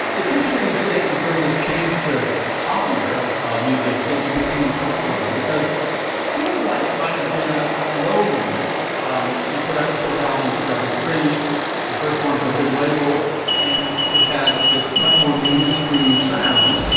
it's interesting you say it was during this change to popular um music that you became comfortable because seems like it might have been ah a low moment um you put out your fourth album in two thousand and three the first one for a big label and it had this much more mainstream sound